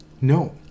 No